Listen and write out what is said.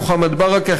מוחמד ברכה,